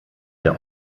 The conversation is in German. der